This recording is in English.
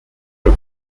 oak